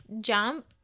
jump